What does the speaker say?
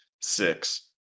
Six